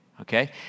Okay